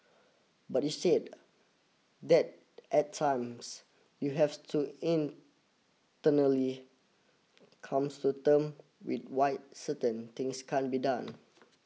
but you said that at times you have to in come to term with why certain things cannot be done